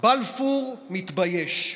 בלפור מתבייש,